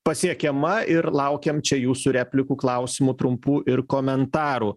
pasiekiama ir laukiam čia jūsų replikų klausimų trumpų ir komentarų